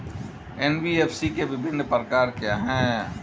NBFC के विभिन्न प्रकार क्या हैं?